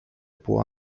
può